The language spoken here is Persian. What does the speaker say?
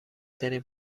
ترین